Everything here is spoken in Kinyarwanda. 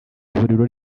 ivuriro